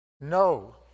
No